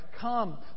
Come